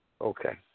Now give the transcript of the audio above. Okay